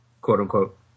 quote-unquote